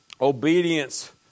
obedience